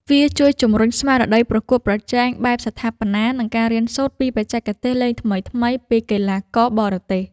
វាជួយជម្រុញស្មារតីប្រកួតប្រជែងបែបស្ថាបនា និងការរៀនសូត្រពីបច្ចេកទេសលេងថ្មីៗពីកីឡាករបរទេស។